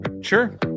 Sure